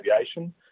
aviation